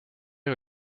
une